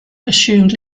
assumed